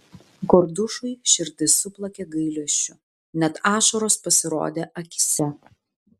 kordušui širdis suplakė gailesčiu net ašaros pasirodė akyse